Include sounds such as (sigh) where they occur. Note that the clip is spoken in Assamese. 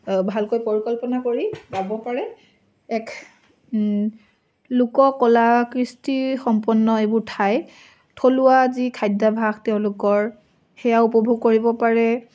ভালকৈ পৰিকল্পনা কৰি (unintelligible) পাৰে এক লোককলা কৃষ্টি সম্পন্ন এইবোৰ ঠাই থলুৱা যি খাদ্যাভাস তেওঁলোকৰ সেয়া উপভোগ কৰিব পাৰে